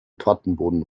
tortenboden